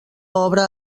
obra